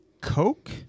Coke